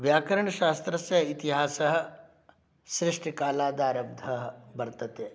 व्याकरणशास्त्रस्य इतिहासः श्रेष्ठकालाद् आरब्धः वर्तते